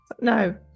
No